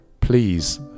Please